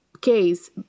case